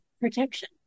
protection